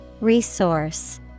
Resource